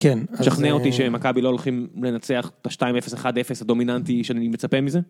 כן. שכנע אותי שמכבי לא הולכים לנצח את ה-2-0, 1-0 הדומיננטי שאני מצפה מזה?